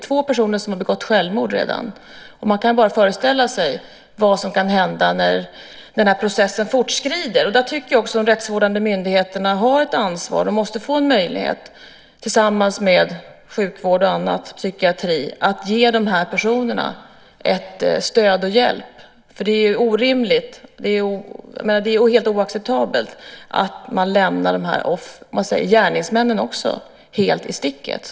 Två personer har dock begått självmord redan, och man kan bara föreställa sig vad som kan hända när processen fortskrider. Här tycker jag att de rättsvårdande myndigheterna har ett ansvar och måste få en möjlighet, tillsammans med sjukvård, psykiatri och annat, att ge de här personerna stöd och hjälp. Det är orimligt och helt oacceptabelt att lämna de här gärningsmännen helt i sticket.